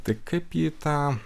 tai kaip jį tą